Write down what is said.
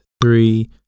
three